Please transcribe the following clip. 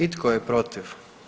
I tko je protiv?